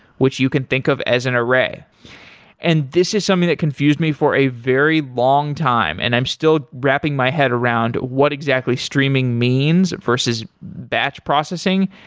which you can think of as an array and this is something that confused me for a very long time. and i'm still wrapping my head around what exactly streaming means, versus batch processing.